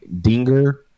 dinger